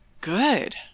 good